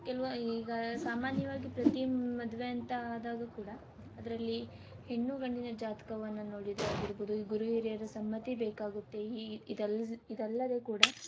ಕೆಲ್ವು ಈಗ ಸಾಮಾನ್ಯವಾಗಿ ಪ್ರತೀ ಮದುವೆ ಅಂತ ಆದಾಗ ಕೂಡ ಅದರಲ್ಲಿ ಹೆಣ್ಣು ಗಂಡಿನ ಜಾತಕವನ್ನ ನೋಡಿದ್ದು ಆಗಿರ್ಬೋದು ಗುರು ಹಿರಿಯರ ಸಮ್ಮತಿ ಬೇಕಾಗುತ್ತೆ ಇದೆಲ್ಲ ಇದಲ್ಲದೆ ಕೂಡ